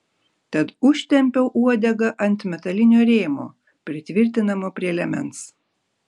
tad užtempiau uodegą ant metalinio rėmo pritvirtinamo prie liemens